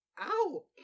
Ow